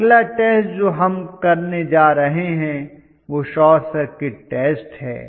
अगला टेस्ट जो हम करने जा रहे हैं वह शॉर्ट सर्किट टेस्ट है